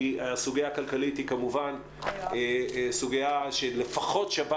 כי הסוגיה הכלכלית היא כמובן סוגיה שהיא לפחות שווה